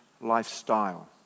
lifestyle